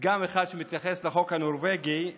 פתגם אחד שמתייחס לחוק הנורבגי ואומר: